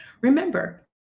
remember